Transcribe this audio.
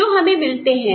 जो हमें मिलते हैं